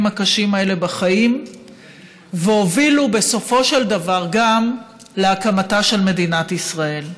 הקשים האלה והובילו בסופו של דבר גם להקמתה של מדינת ישראל.